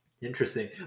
Interesting